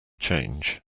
change